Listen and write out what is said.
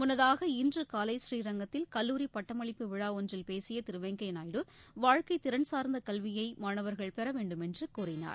முன்னதாக இன்று காலை புரீரங்கத்தில் கல்லூரி பட்டமளிப்பு விழா ஒன்றில் பேசிய திரு வெங்கய்யா நாயுடு வாழ்க்கைத் திறன் சார்ந்த கல்வியை மாணவர்கள் பெற வேண்டும் என்று கூறினார்